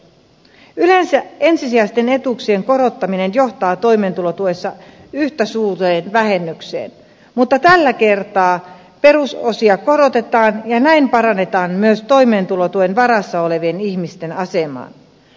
yleensä ensisijaisten etuuksien korottaminen johtaa toimeentulotuessa yhtä suureen vähennykseen mutta tällä kertaa perusosia korotetaan ja näin parannetaan myös toimeentulotuen varassa olevien ihmisten asemaa